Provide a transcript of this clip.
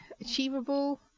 achievable